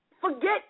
Forget